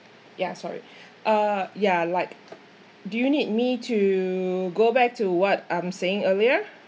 ya sorry uh yeah like do you need me to go back to what I'm saying earlier